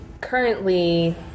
currently